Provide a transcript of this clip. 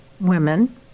women